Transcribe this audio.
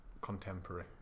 contemporary